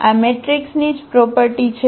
આ મેટ્રિક્સની જ પ્રોપર્ટી છે